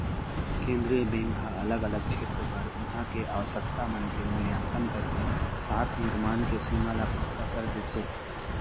केंद्रीय बेंक ह अलग अलग छेत्र बर उहाँ के आवासकता मन के मुल्याकंन करके साख निरमान के सीमा ल पक्का कर देथे